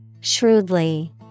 Shrewdly